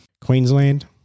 Queensland